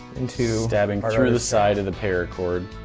into. stabbing through the side of the paracord.